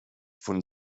von